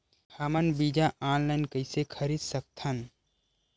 हमन बीजा ऑनलाइन कइसे खरीद सकथन?